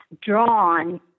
drawn